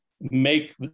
make